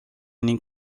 ning